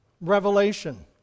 revelation